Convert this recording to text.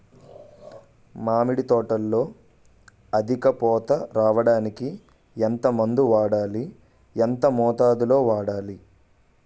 మామిడి తోటలో అధిక పూత రావడానికి ఎంత మందు వాడాలి? ఎంత మోతాదు లో వాడాలి?